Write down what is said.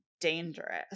dangerous